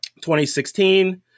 2016